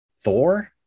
Thor